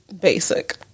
Basic